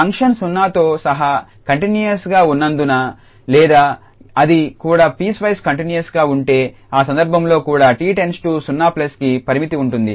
function 0తో సహా continuous గా ఉన్నందున లేదా అది కూడా పీస్వైస్ కంటిన్యూస్ గా ఉంటే ఆ సందర్భంలో కూడా 𝑡 → 0కి పరిమితి ఉంటుంది